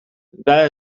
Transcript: that